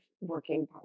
working